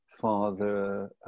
father